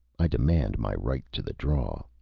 i demand my right to the draw.